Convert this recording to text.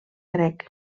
grec